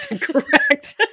Correct